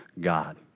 God